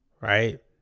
right